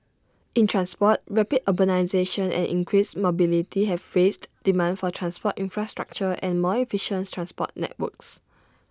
in transport rapid urbanisation and increased mobility have raised demand for transport infrastructure and more efficient transport networks